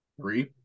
Three